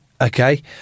Okay